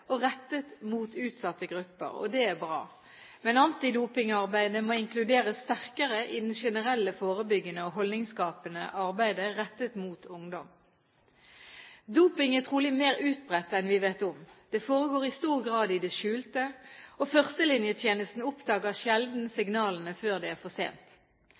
og rettet mot utsatte grupper. Det er bra. Men antidopingarbeidet må inkluderes sterkere i det generelle, forebyggende og holdningsskapende arbeidet rettet mot ungdom. Doping er trolig mer utbredt enn vi vet om. Det foregår i stor grad i det skjulte, og førstelinjetjenesten oppdager sjelden signalene før det er for sent.